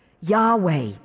Yahweh